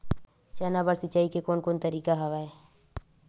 चना बर सिंचाई के कोन कोन तरीका हवय?